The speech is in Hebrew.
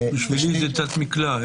בשבילי זה תת-מקלע.